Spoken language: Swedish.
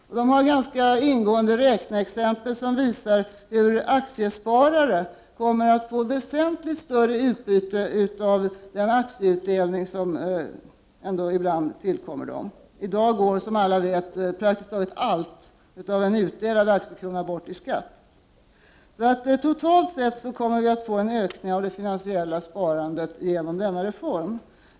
Tidningen har ganska ingående räkneexempel som visar hur aktiesparare kommer att få väsentligt större utbyte av den aktieutdelning som ibland tillkommer dem. I dag går, som alla vet, praktiskt taget allt av en utdelad aktiekrona bort i skatt. Totalt sett kommer vi alltså att få en ökning av det finansiella sparandet genom denna reform.